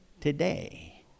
today